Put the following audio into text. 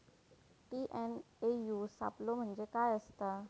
TNAU सापलो म्हणजे काय असतां?